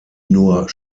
nur